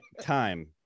time